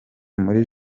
muri